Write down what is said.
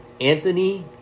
Anthony